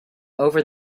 over